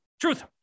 Truth